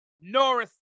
Norris